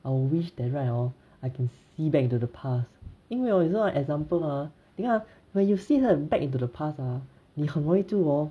I will wish that right hor I can see back into the past 因为 hor 有时候 hor 一个 example 啊你看啊 when you see like back into the past ah 你很容易就 hor